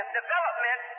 development